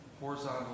horizontal